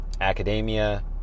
academia